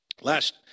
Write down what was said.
Last